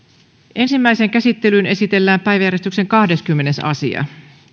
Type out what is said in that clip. ensimmäiseen käsittelyyn esitellään päiväjärjestyksen kahdeskymmenes asia